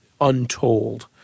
untold